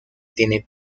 tiene